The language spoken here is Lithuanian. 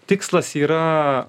tikslas yra